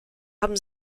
haben